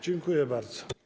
Dziękuję bardzo.